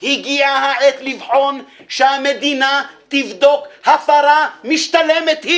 שהגיעה העת לבחון שהמדינה תבדוק הפרה משתלמת,